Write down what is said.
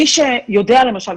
מי שיודע למשל,